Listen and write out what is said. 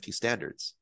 standards